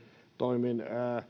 toimin